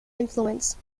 influence